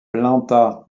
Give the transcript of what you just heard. planta